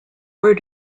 where